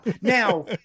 Now